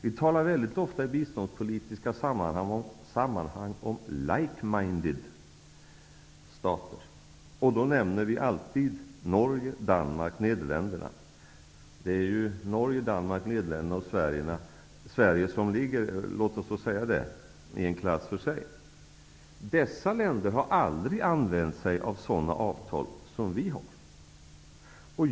Vi talar väldigt ofta i biståndspolitiska sammanhang om ''likeminded'' stater, och då nämner vi alltid Norge, Danmark och Nederländerna. Norge, Danmark, Nederländerna och Sverige ligger i en klass för sig. Låt oss få säga det. Dessa länder har aldrig använt sig av sådana avtal som vi har.